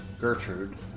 Gertrude